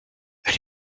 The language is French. elle